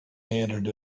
handed